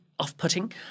Off-putting